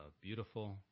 beautiful